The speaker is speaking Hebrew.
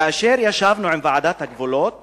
כאשר ישבנו עם ועדת הגבולות